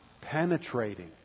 penetrating